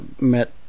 met